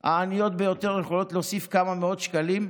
העניות ביותר יכולות להוסיף כמה מאות שקלים,